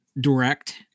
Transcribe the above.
direct